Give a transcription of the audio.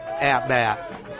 at-bat